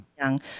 young